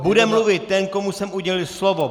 Bude mluvit ten, komu jsem udělil slovo.